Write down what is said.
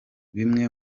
bimwe